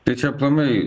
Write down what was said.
tai čia aplamai